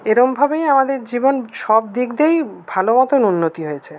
এরমভাবেই আমাদের জীবন সব দিক দিয়েই ভালো মতোন উন্নতি হয়েছে